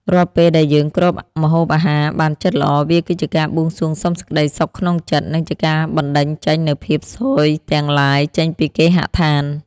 រាល់ពេលដែលយើងគ្របម្ហូបអាហារបានជិតល្អវាគឺជាការបួងសួងសុំសេចក្តីសុខក្នុងចិត្ត និងជាការបណ្តេញចេញនូវភាពស៊យទាំងឡាយចេញពីគេហដ្ឋាន។